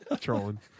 Trolling